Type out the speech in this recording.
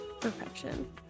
Perfection